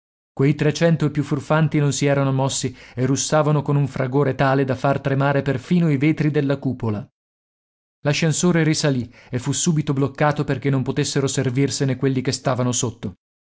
quei trecento e più furfanti non si erano mossi e russavano con un fragore tale da far tremare perfino i vetri della cupola l'ascensore risalì e fu subito bloccato perché non potessero servirsene quelli che stavano sotto